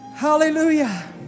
Hallelujah